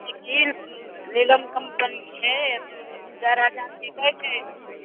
नीलम कम्पनीके छै चारि हजारके दै छै